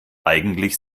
eigentlich